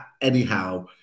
anyhow